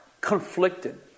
conflicted